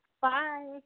Bye